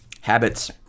Habits